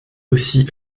aussi